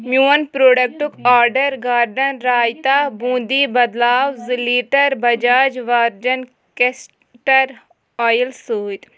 میون پروڈکٹُک order garden raita boondi بدلاو زٕ litre Bajaj virgin castor oil سۭتۍ